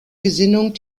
gesinnung